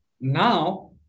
Now